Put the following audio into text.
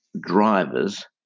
drivers